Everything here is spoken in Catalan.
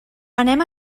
anem